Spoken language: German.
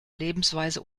lebensweise